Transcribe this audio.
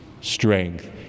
strength